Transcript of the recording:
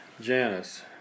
Janice